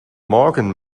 morgen